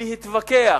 להתווכח,